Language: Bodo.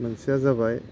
मोनसेया जाबाय